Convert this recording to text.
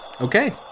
Okay